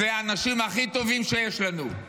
זה האנשים הכי טובים שיש לנו.